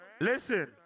listen